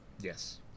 Yes